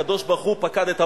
הקדוש-ברוך-הוא פקד את עמו,